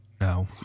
No